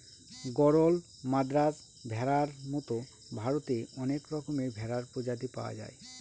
গরল, মাদ্রাজ ভেড়ার মতো ভারতে অনেক রকমের ভেড়ার প্রজাতি পাওয়া যায়